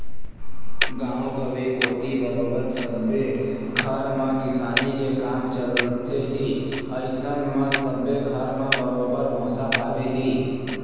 गाँव गंवई कोती बरोबर सब्बे घर म किसानी के काम चलथे ही अइसन म सब्बे घर म बरोबर भुसा पाबे ही